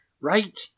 right